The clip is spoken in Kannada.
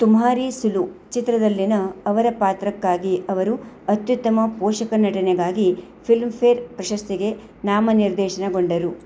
ತುಮ್ಹಾರಿ ಸುಲು ಚಿತ್ರದಲ್ಲಿನ ಅವರ ಪಾತ್ರಕ್ಕಾಗಿ ಅವರು ಅತ್ಯುತ್ತಮ ಪೋಷಕ ನಟನೆಗಾಗಿ ಫಿಲ್ಮ್ ಫೇರ್ ಪ್ರಶಸ್ತಿಗೆ ನಾಮನಿರ್ದೇಶನಗೊಂಡರು